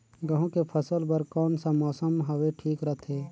गहूं के फसल बर कौन सा मौसम हवे ठीक रथे?